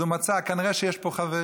ראיתם מה זה נקרא פרובוקציה מכוונת,